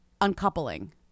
uncoupling